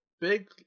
Big